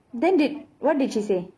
then did what did she say